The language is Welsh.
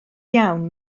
iawn